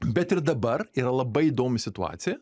bet ir dabar yra labai įdomi situacija